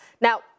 Now